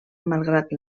malgrat